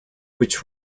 which